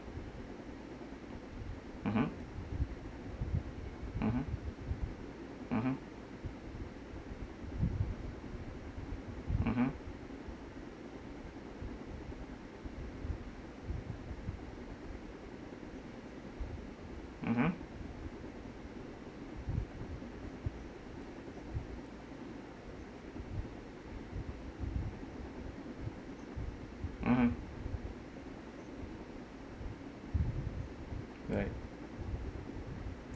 mmhmm mmhmm mmhmm mmhmm mmhmm mmhmm right